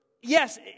yes